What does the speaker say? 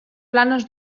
planes